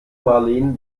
marleen